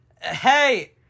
hey